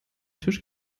tisch